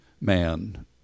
man